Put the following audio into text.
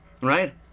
Right